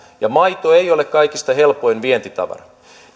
ja maito ei ole kaikista helpoin vientitavara